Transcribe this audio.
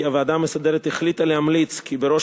כי הוועדה המסדרת החליטה להמליץ כי בראש